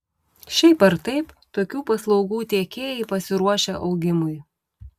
šiaip ar taip tokių paslaugų tiekėjai pasiruošę augimui